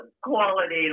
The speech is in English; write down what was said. quality